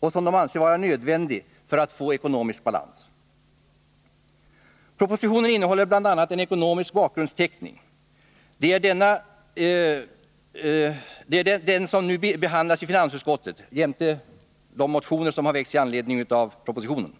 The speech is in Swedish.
och nödvändig för att få ekonomisk balans. Propositionen innehåller bl.a. en ekonomisk bakgrundsteckning som nu har behandlats i finansutskottet jämte de motioner som väckts i anledning av propositionen.